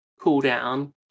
cooldown